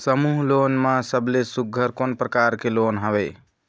समूह लोन मा सबले सुघ्घर कोन प्रकार के लोन हवेए?